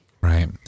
Right